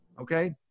Okay